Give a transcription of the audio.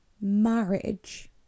marriage